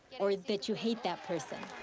or that you hate that person.